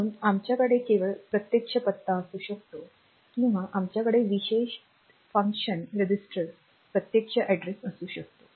म्हणून आमच्याकडे केवळ अप्रत्यक्ष पत्ता असू शकतो किंवा आमच्याकडे विशेष फंक्शन रजिस्टरचा प्रत्यक्ष ऐड्रेस असू शकतो